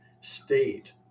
state